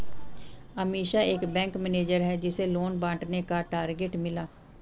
अमीषा एक bank manager है जिसे लोन बांटने का टारगेट मिला